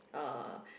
uh